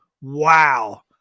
wow